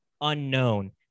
unknown